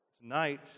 Tonight